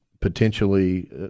potentially